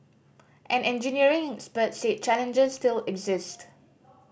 an engineering expert said challenges still exist